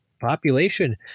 population